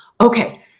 okay